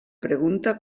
pregunta